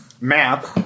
map